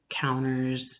counters